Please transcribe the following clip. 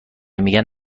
میگن